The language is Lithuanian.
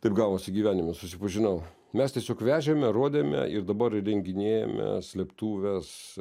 taip gavosi gyvenime susipažinau mes tiesiog vežėme rodėme ir dabar įrenginėjame slėptuves